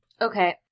Okay